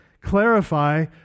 clarify